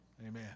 Amen